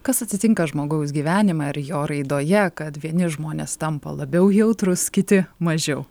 kas atsitinka žmogaus gyvenime ar jo raidoje kad vieni žmonės tampa labiau jautrūs kiti mažiau